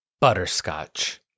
Butterscotch